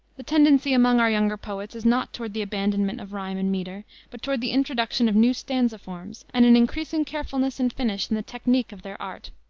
the tendency among our younger poets is not toward the abandonment of rhyme and meter, but toward the introduction of new stanza forms and an increasing carefulness and finish in the technique of their art.